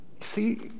See